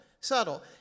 subtle